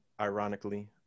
ironically